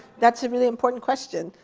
that's a really important question.